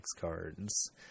cards